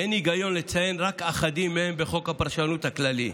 ואין היגיון לציין רק אחדים מהם בחוק הפרשנות הכללי.